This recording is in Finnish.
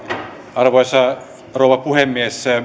arvoisa rouva puhemies